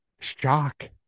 shock